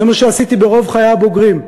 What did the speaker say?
זה מה שעשיתי ברוב חיי הבוגרים,